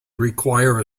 require